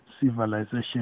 civilization